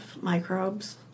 microbes